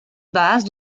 base